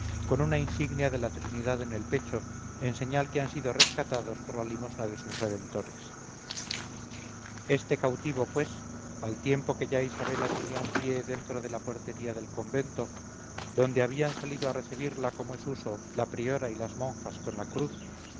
con una insignia de la trinidad en el pecho en señal que han sido rescatados por la limosna de sus redemptores este cautivo pues al tiempo que ya isabela tenía un pie dentro de la portería del convento donde habían salido a recebirla como es uso la priora y las monjas con la cruz